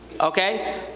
Okay